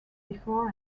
before